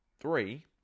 Three